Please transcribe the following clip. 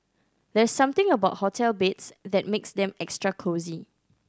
there's something about hotel beds that makes them extra cosy